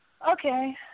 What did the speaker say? Okay